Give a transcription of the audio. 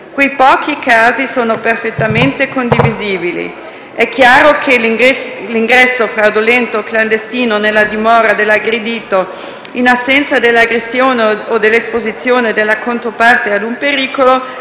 quei pochi casi sono perfettamente condivisibili. È chiaro che l'ingresso fraudolento o clandestino nella dimora dell'aggredito, in assenza dell'aggressione o dell'esposizione della controparte ad un pericolo